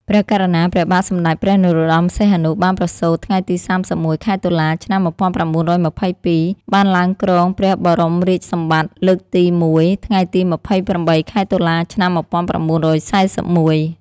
ព្រះករុណាព្រះបាទសម្ដេចព្រះនរោត្ដម សីហនុ បានប្រសូត ថ្ងៃទី៣១ ខែតុលា ឆ្នាំ១៩២២ បានឡើងគ្រងព្រះបរមរាជសម្បត្តិ លើកទី១ ថ្ងៃទី២៨ ខែតុលា ឆ្នាំ១៩៤១។